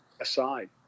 aside